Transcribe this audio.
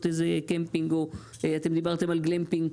איזה קמפינג או אתם דיברתם על גלמפינג.